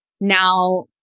now